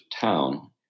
town